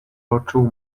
poczuł